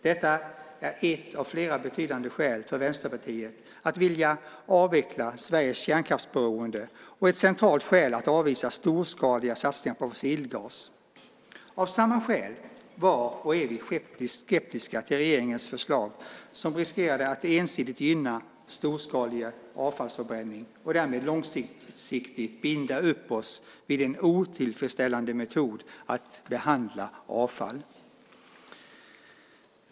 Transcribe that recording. Detta är ett av flera betydande skäl för Vänsterpartiet att vilja avveckla Sveriges kärnkraftsberoende och ett centralt skäl att avvisa storsakliga satsningar på fossilgas. Av samma skäl var och är vi skeptiska till regeringens förslag. Det finns risker för att det ensidigt gynnar storskalig avfallsförbränning och därmed långsiktigt binder upp oss vid en otillfredsställande metod att behandla avfall.